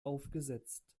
aufgesetzt